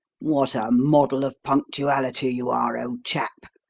what a model of punctuality you are, old chap,